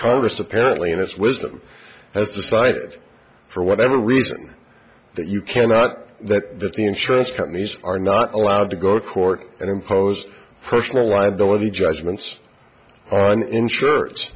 congress apparently in its wisdom has decided for whatever reason that you cannot that the insurance companies are not allowed to go to court and impose personal liability judgments and insurance